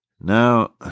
Now